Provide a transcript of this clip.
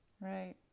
right